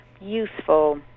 useful